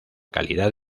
calidad